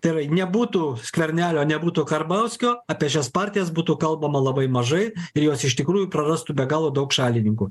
tai yra nebūtų skvernelio nebūtų karbauskio apie šias partijas būtų kalbama labai mažai ir jos iš tikrųjų prarastų be galo daug šalininkų